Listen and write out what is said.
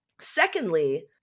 Secondly